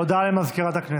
הודעה למזכירת הכנסת.